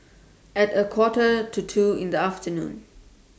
At A Quarter to two in The afternoon